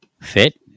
fit